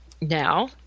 now